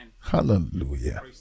Hallelujah